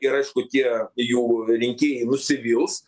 ir aišku tie jų rinkėjai nusivils